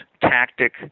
tactic